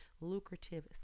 lucrative